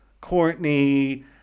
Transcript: courtney